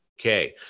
Okay